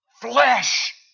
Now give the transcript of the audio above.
flesh